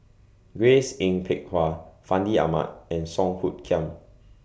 Grace Yin Peck Ha Fandi Ahmad and Song Hoot Kiam